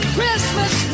Christmas